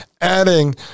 adding